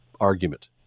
argument